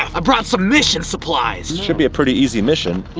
i brought some mission supplies. should be a pretty easy mission.